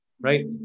right